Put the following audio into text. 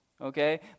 Okay